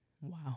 Wow